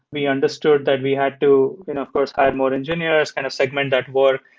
we understood that we had to of course add more engineers, kind of segment that work.